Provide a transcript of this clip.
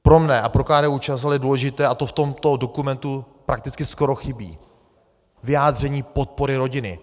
Pro mne a pro KDUČSL je důležité, a to v tomto dokumentu prakticky skoro chybí vyjádření podpory rodiny.